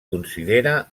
considera